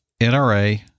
NRA